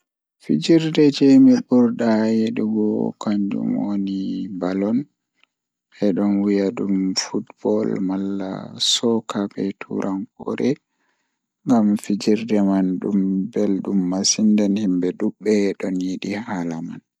Fijide mi burda yidugo kanjum woni ballon bedon wiya dum football malla soccer be turankoore nden fijirde man beldum masin nden himbe dubbe don yidi halla man.